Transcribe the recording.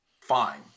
Fine